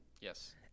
Yes